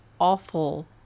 awful